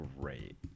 Great